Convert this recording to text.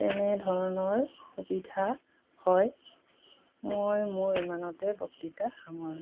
তেনেধৰণৰ সুবিধা হয় মই মোৰ ইমানতে বক্তৃতা সামৰিলোঁ